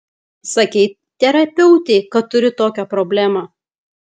sakei terapeutei kad turi tokią problemą